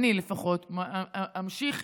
אני לפחות אמשיך,